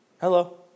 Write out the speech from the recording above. Hello